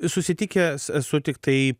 susitikęs esu tiktai